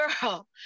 girl